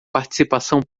participação